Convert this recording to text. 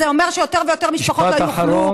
זה אומר שיותר ויותר משפחות לא יוכלו,